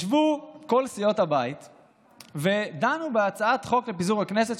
ישבו כל סיעות הבית ודנו בהצעת חוק לפיזור הכנסת,